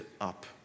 up